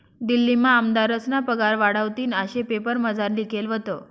दिल्लीमा आमदारस्ना पगार वाढावतीन आशे पेपरमझार लिखेल व्हतं